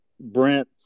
Brent